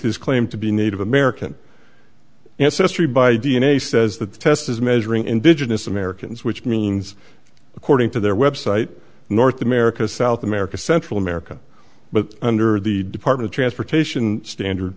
his claim to be native american yes history by d n a says that the test is measuring indigenous americans which means according to their website north america south america central america but under the department transportation standard